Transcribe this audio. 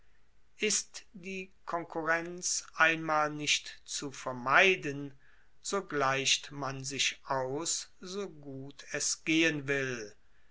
ist die konkurrenz einmal nicht zu vermeiden so gleicht man sich aus so gut es gehen will